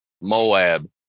Moab